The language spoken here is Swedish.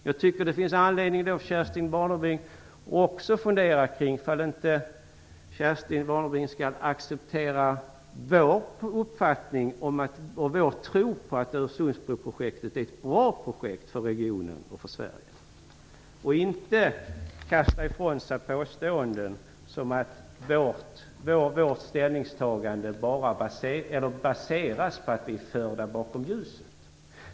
Jag tycker att det finns anledning för Kerstin Warnerbring att fundera om hon inte skall acceptera vår uppfattning och vår tro på att Öresundsbroprojektet är ett bra projekt för regionen och Sverige och inte kasta ifrån sig påståenden som att vårt ställningstagande baseras på att vi är förda bakom ljuset.